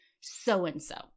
So-and-so